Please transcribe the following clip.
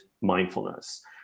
mindfulness